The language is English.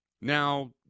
now